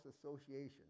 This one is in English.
association